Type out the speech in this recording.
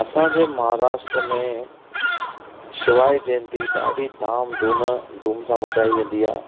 असांजे महाराष्ट्र में शिवाय जयंती ॾाढी धाम धून धूम सां मचाई वेंदी आहे